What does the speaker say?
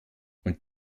und